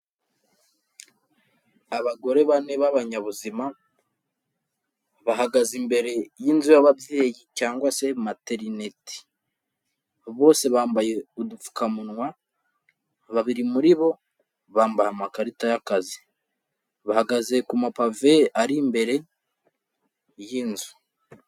Abagore bane b'abanyabuzima, bahagaze imbere y'inzu y'ababyeyi cyangwa se materineti, bose bambaye udupfukamunwa, babiri muri bo bambara amakarita y'akazi, bahagaze ku mapave ari imbere y'inzu.